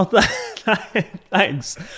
Thanks